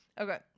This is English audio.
Okay